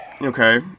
Okay